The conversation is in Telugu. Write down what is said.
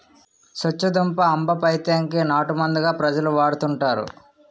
సొచ్చుదుంప ఆంబపైత్యం కి నాటుమందుగా ప్రజలు వాడుతుంటారు